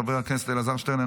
חבר הכנסת אלעזר שטרן,